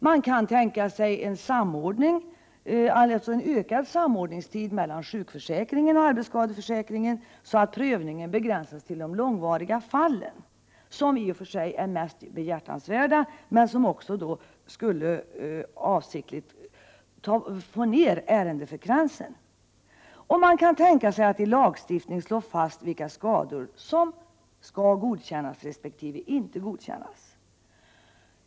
Man kan tänka sig en förlängning av samordningstiden mellan sjukförsäkringen och arbetsskadeförsäkringen så att prövningen begränsas till de långvariga fallen. I och för sig är dessa de mest behjärtansvärda, men avsikten skulle också vara att få ned ärendefrekvensen. Man kunde vidare tänka sig att i lagstiftning slå fast vilka skador som godkänns resp. inte godkänns.